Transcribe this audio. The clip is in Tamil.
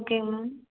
ஓகேங்க மேம்